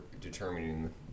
determining